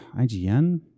IGN